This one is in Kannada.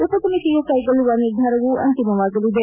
ಉಪ ಸಮಿತಿಯು ಕೈಗೊಳ್ಳುವ ನಿರ್ಧಾರವು ಅಂತಿಮವಾಗಲಿದೆ